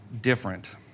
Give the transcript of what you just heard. different